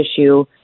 issue